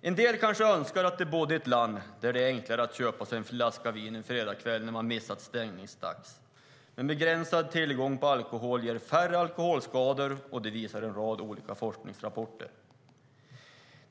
En del kanske önskar att de bodde i ett land där det vore enklare att köpa sig en flaska vin en fredagskväll när man missat stängningstiden, men begränsad tillgång på alkohol ger färre alkoholskadar, vilket en rad forskningsrapporter visar.